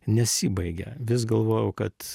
nesibaigia vis galvojau kad